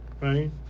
right